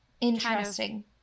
interesting